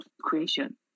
creation